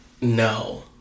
No